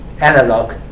analog